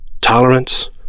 Tolerance